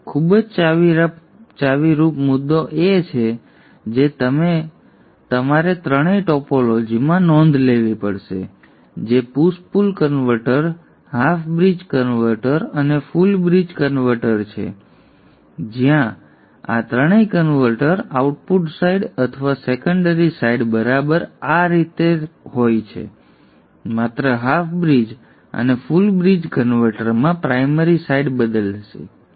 આ એક ખૂબ જ ચાવીરૂપ મુદ્દો છે જેની તમારે ત્રણેય ટોપોલોજીમાં નોંધ લેવી પડશે જે push pull converter half bridge converter અને ફુલ બ્રિજ કન્વર્ટર છે જ્યાં આ ત્રણેય કન્વર્ટર આઉટપુટ સાઇડ અથવા સેકન્ડરી સાઇડ બરાબર આ જ રીતે હોય છે માત્ર હાફ બ્રિજ અને ફુલ બ્રિજ કન્વર્ટરમાં પ્રાઇમરી સાઇડ બદલાશે